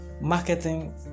marketing